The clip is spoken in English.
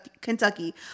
Kentucky